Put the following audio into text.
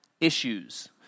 issues